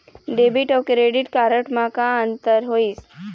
Debit अऊ credit card म का अंतर होइस?